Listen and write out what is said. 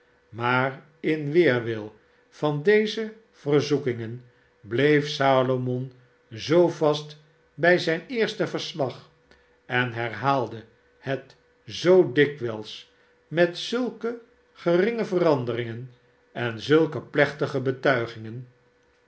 maar in weerwil van deze verzoekingen bleef salomon zoo vast bij zijn eerst verslag en herhaalde het zoo dikwijls met zulke geringe veranderingen en zulke plechtige betuigingen